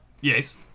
Yes